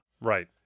Right